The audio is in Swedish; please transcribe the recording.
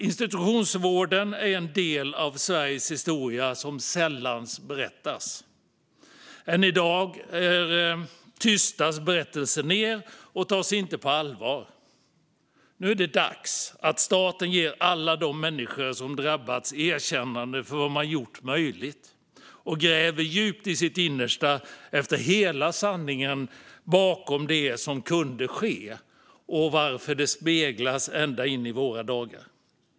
Institutionsvården är en del av Sveriges historia som det sällan berättas om. Än i dag tystas berättelsen ned och tas inte på allvar. Nu är det dags att staten ger alla de människor som drabbats ett erkännande för det man har gjort möjligt och gräver djupt i sitt innersta efter hela sanningen bakom det som skedde och varför det återspeglas ända in i våra dagar.